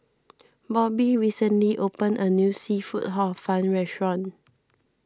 Bobby recently opened a new Seafood Hor Fun restaurant